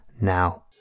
now